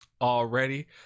already